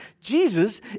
Jesus